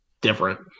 different